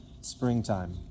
springtime